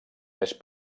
més